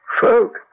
Folk